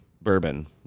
bourbon